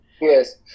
Yes